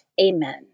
Amen